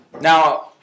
Now